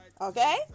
okay